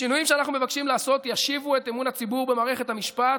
השינויים שאנחנו מבקשים לעשות ישיבו את אמון הציבור במערכת המשפט,